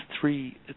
three